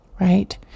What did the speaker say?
right